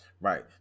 Right